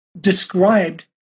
described